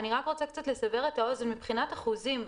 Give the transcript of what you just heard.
אני רוצה לסבר את האוזן מבחינת אחוזים.